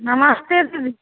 नमस्ते सभी